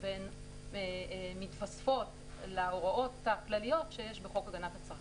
והן מתווספות להוראות הכלליות שיש בחוק הגנת הצרכן.